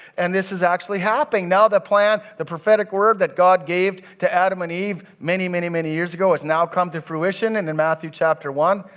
and this is actually hopping, now the plan, the prophetic word that god gave to adam and eve, many, many, many years ago has now come to fruition and in matthew chapter one,